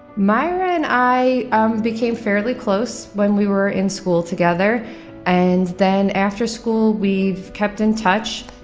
myra and i um became very close when we were in school together and then after school we've kept in touch.